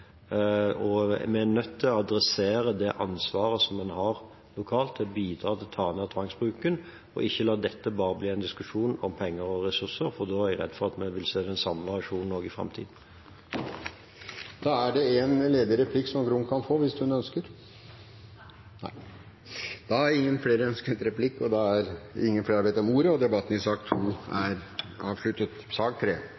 og vi er nødt til å adressere det ansvaret som en har lokalt til å bidra til å ta ned tvangsbruken og ikke la dette bare bli en diskusjon om penger og ressurser, for da er jeg redd for at vi vil se den samme reaksjonen også i framtiden. Replikkordskiftet er omme. Flere har ikke bedt om ordet til sak nr. 2. Komiteen har behandlet Venstres forslag om kjønnsnøytrale titler til erstatning for helsesøster og jordmor. Helsesektoren har betydelige utfordringer med å nå målet om